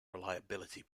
reliability